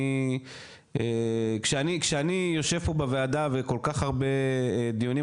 אני כשאני יושב פה בוועדה וכל כך הרבה דיונים,